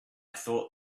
thought